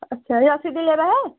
अच्छा सिटी लेना है